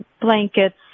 blankets